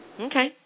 Okay